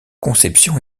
conception